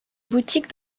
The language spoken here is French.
boutique